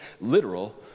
literal